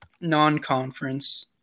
non-conference